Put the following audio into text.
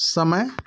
समय